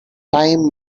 time